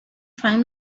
five